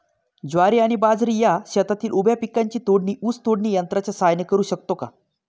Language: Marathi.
ज्वारी आणि बाजरी या शेतातील उभ्या पिकांची तोडणी ऊस तोडणी यंत्राच्या सहाय्याने करु शकतो का?